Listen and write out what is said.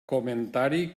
comentari